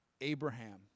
Abraham